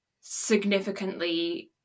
significantly